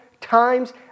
times